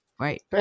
Right